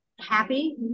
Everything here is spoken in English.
happy